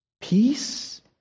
peace